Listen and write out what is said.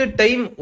time